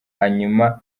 hanyuma